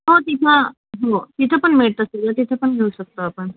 हो तिथे तिथे पण मिळत तिथे पण घेऊ शकतो आपण